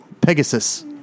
Pegasus